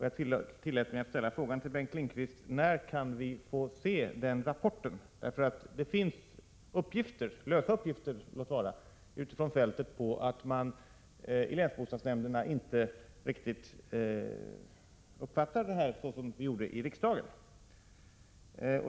Jag tillät mig att ställa frågan till Bengt Lindqvist: När kan vi få se den rapporten? Det finns nämligen uppgifter utifrån fältet — låt vara lösa uppgifter — om att man i länsbostadsnämnderna inte riktigt uppfattade detta så som vi gjorde i riksdagen.